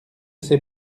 ses